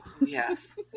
Yes